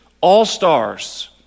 all-stars